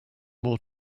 more